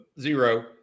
Zero